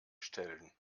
stellen